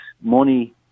money